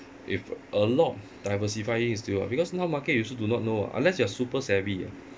if a lot diversifying is due ah because now market you also do not know ah unless you're super savvy eh